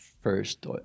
first